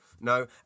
no